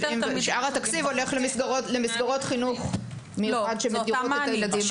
שאר התקציב הולך למסגרות חינוך מיוחד --- את הילדים האחרים.